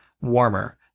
warmer